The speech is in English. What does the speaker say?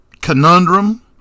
conundrum